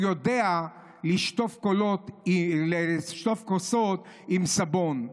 הוא יודע לשטוף כוסות עם סבון.